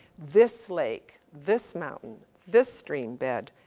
this leg, this mountain, this stream bed,